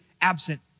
absent